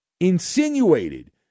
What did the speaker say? insinuated